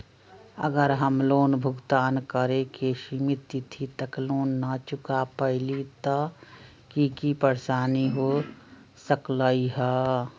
अगर हम लोन भुगतान करे के सिमित तिथि तक लोन न चुका पईली त की की परेशानी हो सकलई ह?